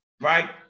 right